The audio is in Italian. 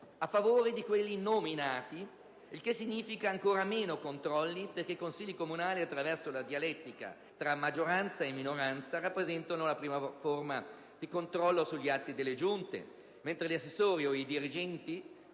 nominati. Ciò significa che vi saranno ancora meno controlli, perché i consigli comunali, attraverso la dialettica tra maggioranza e minoranza, rappresentano la prima forma di controllo sugli atti delle giunte, mentre gli assessori o i dirigenti